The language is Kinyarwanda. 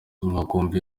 mwakumva